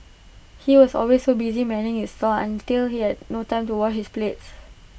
he was always so busy manning his stall until he had no time to wash his plates